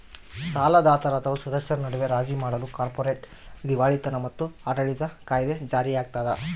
ಸಾಲದಾತರ ಅಥವಾ ಸದಸ್ಯರ ನಡುವೆ ರಾಜಿ ಮಾಡಲು ಕಾರ್ಪೊರೇಟ್ ದಿವಾಳಿತನ ಮತ್ತು ಆಡಳಿತ ಕಾಯಿದೆ ಜಾರಿಯಾಗ್ತದ